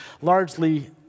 largely